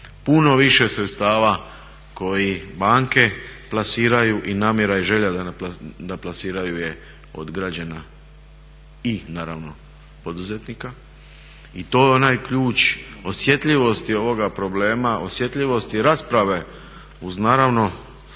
puno više sredstava koji banke plasiraju i namjera i želja da plasiraju je od građana i naravno poduzetnika. I to je onaj ključ osjetljivosti ovoga problema, osjetljivosti rasprave uz naravno